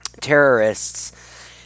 terrorists